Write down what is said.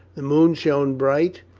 the moon shone bright,